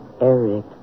Eric